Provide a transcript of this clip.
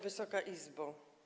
Wysoka Izbo!